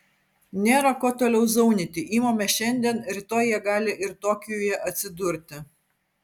nėra ko toliau zaunyti imame šiandien rytoj jie gali ir tokijuje atsidurti